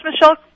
Michelle